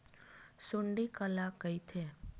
सुंडी काला कइथे?